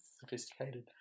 sophisticated